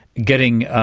getting